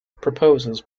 proposes